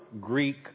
Greek